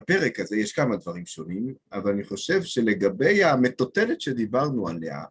בפרק הזה, יש כמה דברים שונים, אבל אני חושב שלגבי המטוטלת שדיברנו עליה